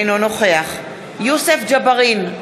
אינו נוכח יוסף ג'בארין,